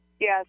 Yes